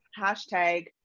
hashtag